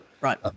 Right